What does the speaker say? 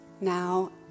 now